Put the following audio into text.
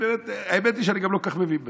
והאמת היא שאני גם לא כל כך מבין בזה.